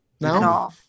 No